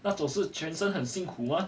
那总是全身很辛苦吗